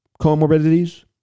comorbidities